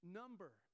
number